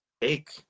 take